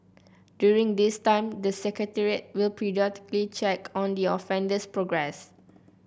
during this time the secretariat will periodically check on the offender's progress